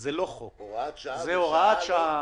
זה לא חוק, זה הוראת שעה.